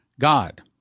God